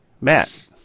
Matt